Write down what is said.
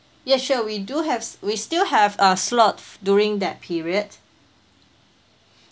yes sure we do have s~ we still have uh slot during that period